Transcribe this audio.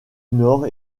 nord